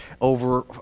over